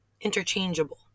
interchangeable